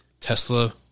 Tesla